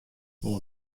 oan